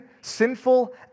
Sinful